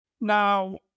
Now